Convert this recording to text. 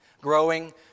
Growing